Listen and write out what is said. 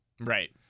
Right